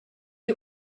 you